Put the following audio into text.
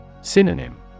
Synonym